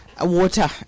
water